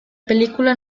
película